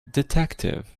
detective